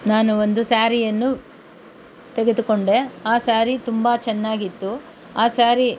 ನಾನು ಒಂದು ಸ್ಯಾರಿಯನ್ನು ತೆಗೆದುಕೊಂಡೆ ಆ ಸ್ಯಾರಿ ತುಂಬ ಚೆನ್ನಾಗಿತ್ತು ಆ ಸ್ಯಾರಿ